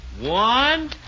One